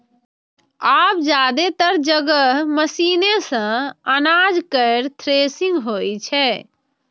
आब जादेतर जगह मशीने सं अनाज केर थ्रेसिंग होइ छै